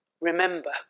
remember